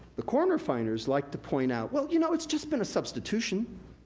the corn refiners like to point out, well, you know, it's just been a substitution.